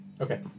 Okay